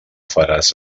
faràs